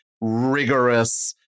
rigorous